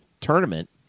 tournament